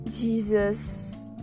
Jesus